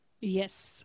Yes